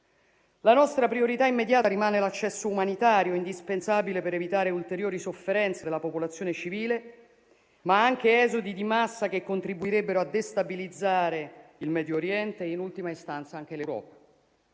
La nostra priorità immediata rimane l'accesso umanitario, indispensabile per evitare ulteriori sofferenze della popolazione civile, ma anche esodi di massa che contribuirebbero a destabilizzare il Medio Oriente e, in ultima istanza, anche l'Europa.